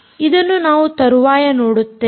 ಇದನ್ನು ನಾವು ತರುವಾಯ ನೋಡುತ್ತೇವೆ